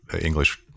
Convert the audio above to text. English